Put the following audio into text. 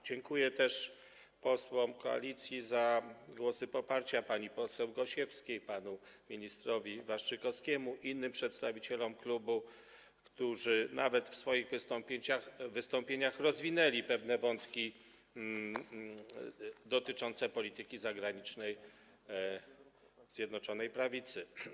Dziękuję też posłom koalicji za głosy poparcia, pani poseł Gosiewskiej, panu ministrowi Waszczykowskiemu, innym przedstawicielom klubu, którzy w swoich wystąpieniach nawet rozwinęli pewne wątki dotyczące polityki zagranicznej Zjednoczonej Prawicy.